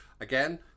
Again